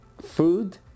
food